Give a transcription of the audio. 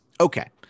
Okay